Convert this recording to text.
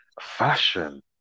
Fashion